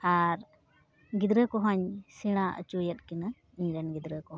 ᱟᱨ ᱜᱤᱫᱽᱨᱟᱹ ᱠᱚᱦᱚᱧ ᱥᱮᱬᱟ ᱚᱪᱚᱭᱮᱫ ᱠᱤᱱᱟᱹ ᱤᱧᱨᱮᱱ ᱜᱤᱫᱽᱨᱟᱹ ᱠᱚᱦᱚᱸ